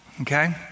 Okay